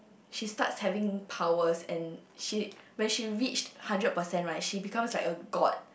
she starts having powers and she when she reached hundred percent right she becomes like a god